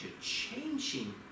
changing